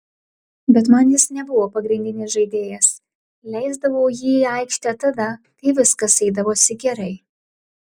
bet man jis nebuvo pagrindinis žaidėjas leisdavau jį į aikštę tada kai viskas eidavosi gerai